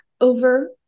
over